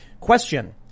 Question